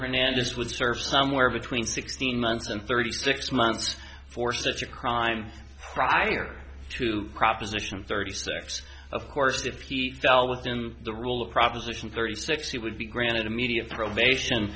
hernandez would serve somewhere between sixteen months and thirty six months for such a crime prior to proposition thirty six of course if he fell within the rule of proposition thirty six he would be granted immediate probation